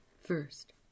First